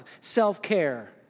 Self-care